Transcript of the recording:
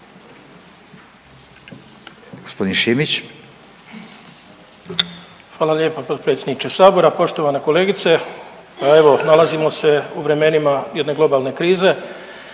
Hrvoje (HDZ)** Hvala lijepa potpredsjedniče sabora. Poštovana kolegice, pa evo nalazimo se u vremenima jedne globale krize,